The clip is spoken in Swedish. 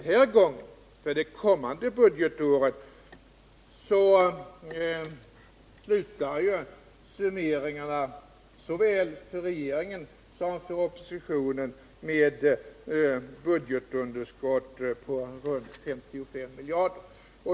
När det gäller det kommande budgetåret slutar summeringarna, såväl för regeringen som för oppositionen, med ett budgetunderskott på 55 miljarder.